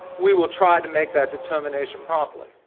we will try to make that determination promptly.